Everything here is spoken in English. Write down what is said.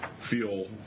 feel